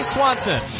Swanson